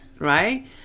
Right